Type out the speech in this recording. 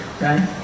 Right